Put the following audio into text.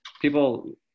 people